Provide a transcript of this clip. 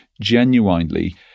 genuinely